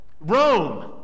Rome